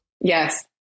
Yes